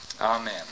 Amen